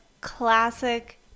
classic